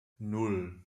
nan